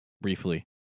briefly